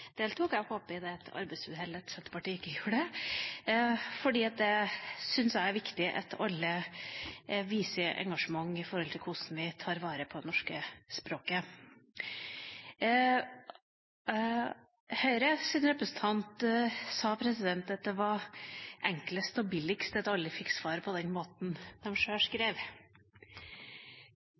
deltok. Jeg håper det er et arbeidsuhell at Senterpartiet ikke gjorde det, for jeg syns det er viktig at alle viser engasjement med hensyn til hvordan vi tar vare på det norske språket. Høyres representant sa at det var enklest og billigst at alle fikk svar på det målet saksbehandleren sjøl